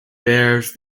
bears